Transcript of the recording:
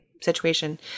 situation